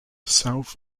south